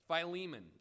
Philemon